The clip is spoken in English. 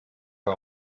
her